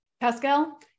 Pascal